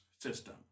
system